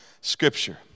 Scripture